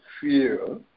fear